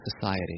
society